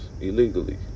illegally